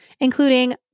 including